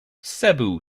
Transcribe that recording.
cebu